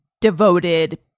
devoted